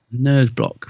Nerdblock